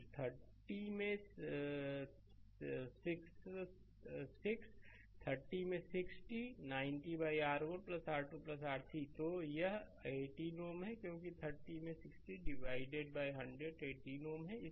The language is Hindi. तो 30 में 6 30 में 60 900 R1 R2 R3 तो यह 18 Ω है क्योंकि 30 में 60 विभाजित 100 18 Ω है